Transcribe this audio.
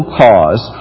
cause